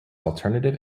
alternative